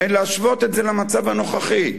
ולהשוות את זה למצב הנוכחי,